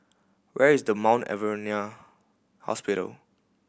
where is the Mount Alvernia Hospital